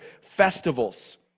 festivals